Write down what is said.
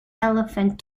elephant